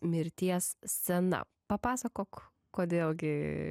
mirties scena papasakok kodėl gi